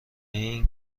این